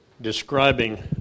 describing